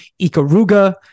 Ikaruga